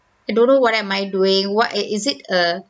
I don't know what am I doing what err is it a